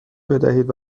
بدهید